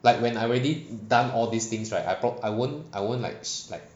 like when I already done all these things right I prob~ I won't I won't like sh~ like